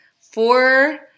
Four